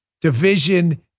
division